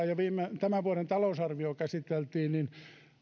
ja tämän vuoden talousarviota käsiteltiin